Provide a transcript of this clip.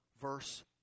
verse